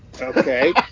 Okay